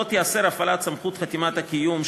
לא תיאסר הפעלת סמכות חתימת הקיום,